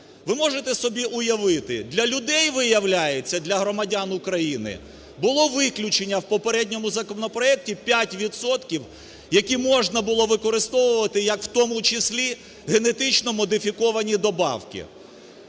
Ви можете собі уявити, для людей, виявляється, для громадян України було виключення в попередньому законопроекті 5 відсотків, які можна було використовувати як в тому числі генетично модифіковані добавки.